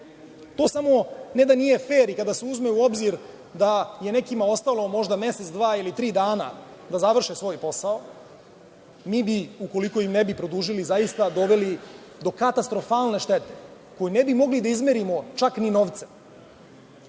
To samo ne da nije fer i kada se uzme u obzir da je nekima ostalo možda mesec, dva ili tri dana da završe svoj posao, mi bi, ukoliko im ne bi produžili, zaista doveli do katastrofalne štete koju ne bi mogli da izmerimo čak ni novcem. Imamo